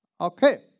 Okay